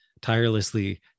tirelessly